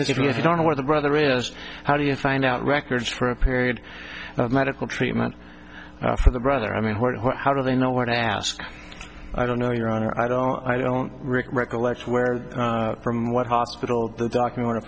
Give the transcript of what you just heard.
if you don't know where the brother is how do you find out records for a period of medical treatment for the brother i mean what what how do they know what to ask i don't know your honor i don't i don't recollect where from what hospital the document to